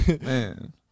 man